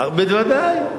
בוודאי.